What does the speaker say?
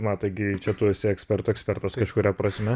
matai gi čia tu esi ekspertų ekspertas kažkuria prasme